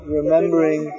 remembering